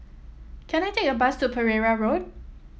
can I take a bus to Pereira Road